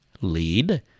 lead